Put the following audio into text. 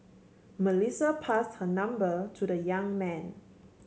Melissa pass her number to the young man